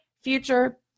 future